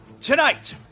tonight